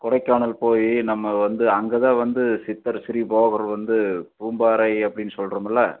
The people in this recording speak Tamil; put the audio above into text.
கொடைக்கானல் போய் நம்ம வந்து அங்கேதான் வந்து சித்தர் ஸ்ரீபோகர் வந்து பூம்பாறை அப்படின்னு சொல்லறோமுல்ல